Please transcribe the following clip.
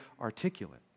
articulate